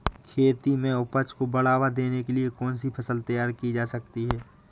खेती में उपज को बढ़ावा देने के लिए कौन सी फसल तैयार की जा सकती है?